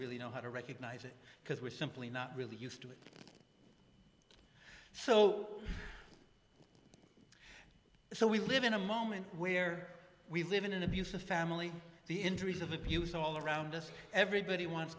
really know how to recognize it because we're simply not really used to it so so we live in a moment where we live in an abusive family the injuries of abuse all around us everybody wants